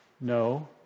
No